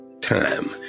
time